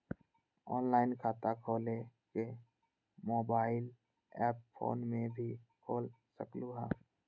Online खाता खोले के मोबाइल ऐप फोन में भी खोल सकलहु ह?